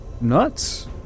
nuts